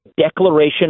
declaration